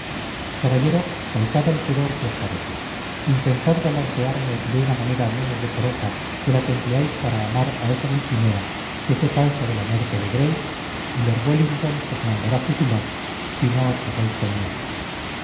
caballero faltad al pudor si os parece intentad galantearme de una manera menos decorosa que la que empleáis para amar a esa dulcinea que fue causa de la muerte de gray y lord wellington os mandará fusilar si no os casáis conmigo